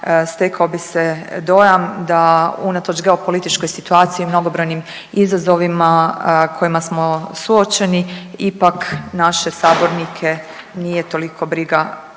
stekao bi se dojam da unatoč geopolitičkoj situaciji i mnogim izazovima kojima smo suočeni ipak naše sabornike nije toliko briga